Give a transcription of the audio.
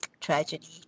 tragedy